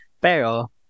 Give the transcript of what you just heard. Pero